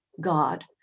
God